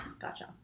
Gotcha